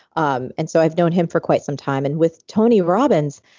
um and so i've known him for quite some time. and with tony robbins,